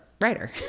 writer